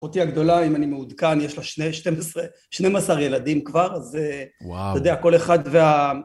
אחותי הגדולה, אם אני מעודכן, יש לה 12, 12 ילדים כבר, אז ,וואו, אתה יודע, הכל אחד וה...